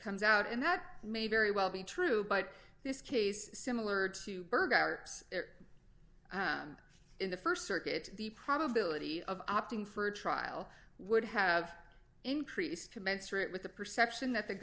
comes out and that may very well be true but this case similar to berg are in the st circuit the probability of opting for a trial would have increased commensurate with the perception that the